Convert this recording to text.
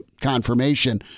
confirmation